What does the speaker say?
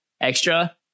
extra